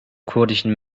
kurdischen